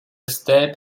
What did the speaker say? step